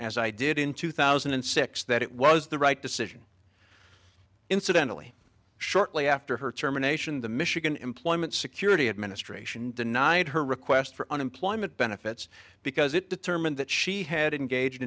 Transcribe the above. as i did in two thousand and six that it was the right decision incidentally shortly after her terminations the michigan employment security administration denied her request for unemployment benefits because it determined that she had engaged